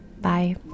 bye